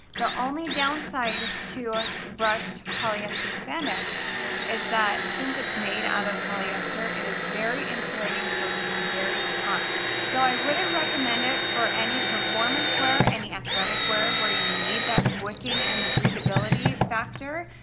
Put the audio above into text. the only downside to ah brushed polyester spandex is that, since it's made out of polyester, it is very insulating, so it can be very hot. so i wouldn't recommend it for any performance wear, any athletic wear, where you need that wicking and breathability factor.